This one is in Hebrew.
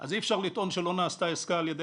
אז אי אפשר לטעון שלא נעשתה עסקה על ידי